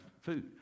food